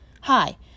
Hi